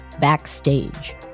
Backstage